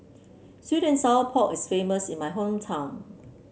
sweet and Sour Pork is famous in my hometown